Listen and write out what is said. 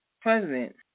President